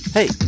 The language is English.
Hey